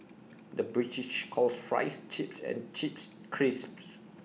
the British calls Fries Chips and Chips Crisps